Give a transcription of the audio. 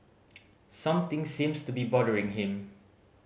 something seems to be bothering him